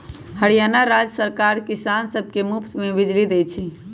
हरियाणा राज्य सरकार किसान सब के मुफ्त में बिजली देई छई